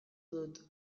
dut